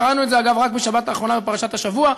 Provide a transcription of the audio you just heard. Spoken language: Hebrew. קראנו את זה, אגב, רק בשבת האחרונה, בפרשת השבוע,